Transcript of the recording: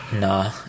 Nah